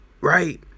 right